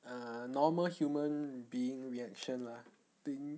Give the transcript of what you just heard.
err normal human being reaction lah thing